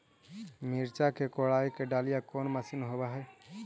मिरचा के कोड़ई के डालीय कोन मशीन होबहय?